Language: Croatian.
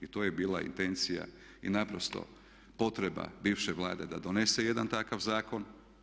To je bila intencija i naprosto potreba bivše Vlade da donese jedan takav zakon.